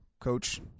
Coach